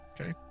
Okay